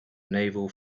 naval